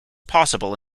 possible